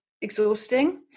exhausting